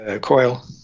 coil